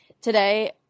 Today